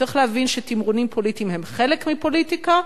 צריך להבין שתמרונים פוליטיים הם חלק מפוליטיקה,